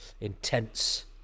intense